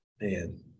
Man